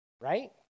right